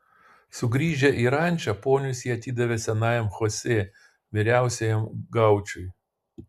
sugrįžę į rančą ponius jie atidavė senajam chosė vyriausiajam gaučui